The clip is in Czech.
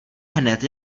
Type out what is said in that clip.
hned